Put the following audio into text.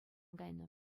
кайнӑ